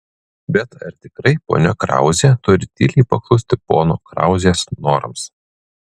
bet ar tikrai ponia krauzė turi tyliai paklusti pono krauzės norams